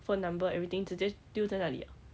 phone number everything 直接丢在那里 ah